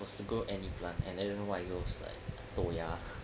was to grow any plant and then one of those like 豆芽